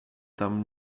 tam